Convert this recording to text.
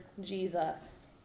Jesus